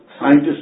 scientists